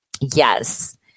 Yes